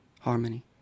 harmony